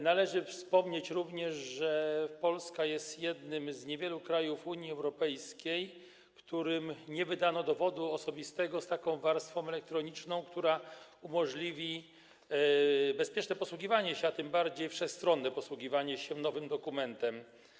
Należy wspomnieć również, że Polska jest jednym z niewielu krajów Unii Europejskiej, w których nie wydano dowodu osobistego z taką warstwą elektroniczną, która umożliwi bezpieczne, a tym bardziej wszechstronne posługiwanie się nowym dokumentem.